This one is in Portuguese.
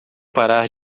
parar